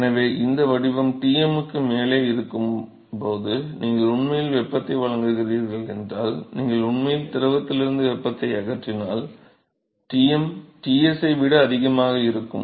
எனவே இந்த வடிவம் Tmக்கு மேலே இருக்கும் போது நீங்கள் உண்மையில் வெப்பத்தை வழங்குகிறீர்கள் என்றால் நீங்கள் உண்மையில் திரவத்திலிருந்து வெப்பத்தை அகற்றினால் Tm Ts ஐ விட அதிகமாக இருக்கும்